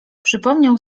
przypomniał